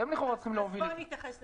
אתם לכאורה צריכים להוביל את זה.